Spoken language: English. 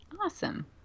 awesome